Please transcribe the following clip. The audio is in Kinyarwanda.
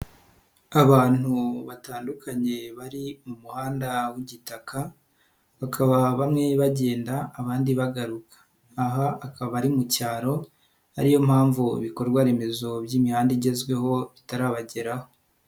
Abantu batandukanye bari mu muhanda w'igitaka, bakaba bamwe bagenda abandi bagaruka, aha akaba ari mu cyaro ariyo mpamvu ibikorwaremezo by'imihanda igezweho bitarabageraho.